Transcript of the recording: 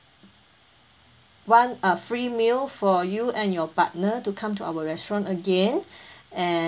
one uh free meal for you and your partner to come to our restaurant again